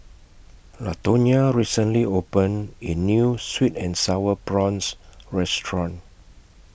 Latonya recently opened A New Sweet and Sour Prawns Restaurant